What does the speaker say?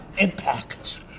impact